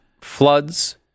floods